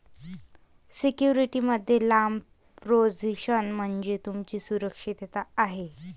security मध्ये लांब position म्हणजे तुमची सुरक्षितता आहे